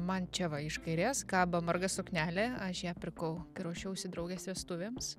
man čia va iš kairės kaba marga suknelė aš ją pirkau kai ruošiausi draugės vestuvėms